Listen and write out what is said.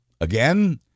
Again